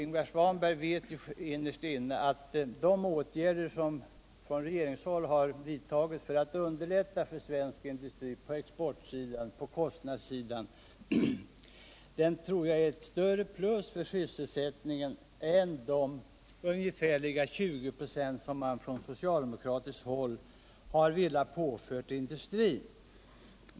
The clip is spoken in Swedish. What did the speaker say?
Ingvar Svanberg vet innerst inne att de åtgärder som från regeringshåll har vidtagits för att underlätta på exportsidan och kostnadssidan för svensk industri utgör ett större plus för sysselsättningen än de ungefärliga 20 26 som man från socialdemokratiskt håll har velat påföra industrin.